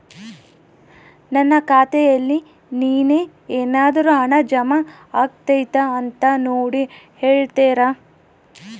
ನನ್ನ ಖಾತೆಯಲ್ಲಿ ನಿನ್ನೆ ಏನಾದರೂ ಹಣ ಜಮಾ ಆಗೈತಾ ಅಂತ ನೋಡಿ ಹೇಳ್ತೇರಾ?